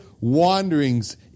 wanderings